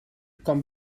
com